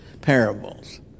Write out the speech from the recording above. parables